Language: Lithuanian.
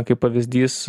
kaip pavyzdys